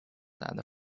and